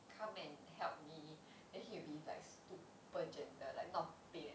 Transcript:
come and help me then he'll be like super gentle not pain at all